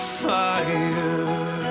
fire